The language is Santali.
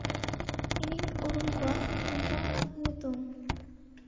ᱤᱧᱤᱧ ᱩᱨᱩᱢ ᱠᱚᱣᱟ ᱩᱱᱠᱩᱣᱟᱜ ᱧᱩᱛᱩᱢ